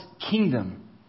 kingdom